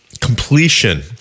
completion